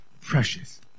precious